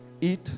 Eat